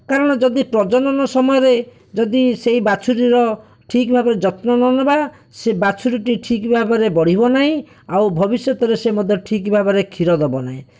କାରଣ ଯଦି ପ୍ରଜନନ ସମୟରେ ଯଦି ସେହି ବାଛୁରୀର ଠିକ୍ ଭାବରେ ଯତ୍ନ ନ ନେବା ସେ ବାଛୁରୀଟି ଠିକ୍ ଭାବରେ ବଢ଼ିବ ନାହିଁ ଆଉ ଭବିଷ୍ୟତରେ ସେ ମଧ୍ୟ ଠିକ୍ ଭାବରେ କ୍ଷୀର ଦେବ ନାହିଁ